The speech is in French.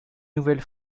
nouvelle